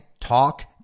talk